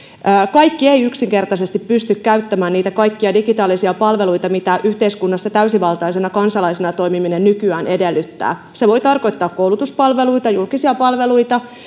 kaikki eivät yksinkertaisesti pysty käyttämään niitä kaikkia digitaalisia palveluita mitä yhteiskunnassa täysivaltaisena kansalaisena toimiminen nykyään edellyttää se voi tarkoittaa koulutuspalveluita julkisia palveluita